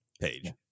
page